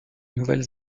nouvelle